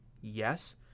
yes